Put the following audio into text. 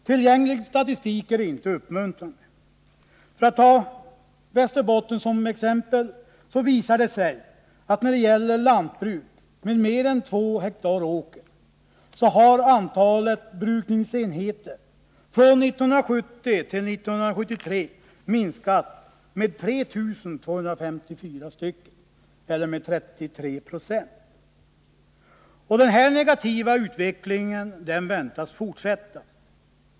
Tillgänglig statistik är inte uppmuntrande. För att ta Västerbotten som exempel, så visar det sig att när det gäller lantbruk med mer än 2 ha åker har antalet brukningsenheter från 1970 till 1973 minskat med 3 254, eller med 33 Zo. Den här negativa utvecklingen väntas fortsätta.